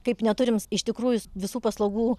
kaip neturim iš tikrųjų visų paslaugų